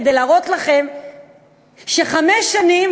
כדי להראות לכם שחמש שנים